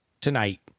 tonight